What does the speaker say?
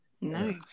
Nice